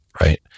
right